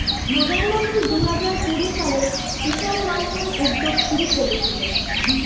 প্রধানমন্ত্রী দুহাজার কুড়ি সালে কিষান মান্ধান উদ্যোগ শুরু করেছিলেন